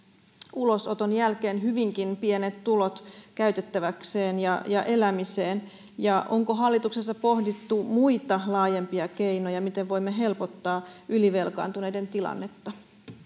ulosoton jälkeen hyvinkin pienet tulot käytettäväkseen ja ja elämiseen onko hallituksessa pohdittu muita laajempia keinoja miten voimme helpottaa ylivelkaantuneiden tilannetta